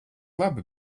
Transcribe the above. labi